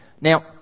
Now